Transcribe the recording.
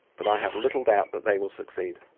but i have little doubt that they will succeed.